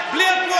למה הצבעתם נגד?